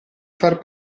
far